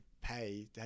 pay